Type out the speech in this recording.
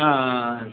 ஆ ஆ ஆ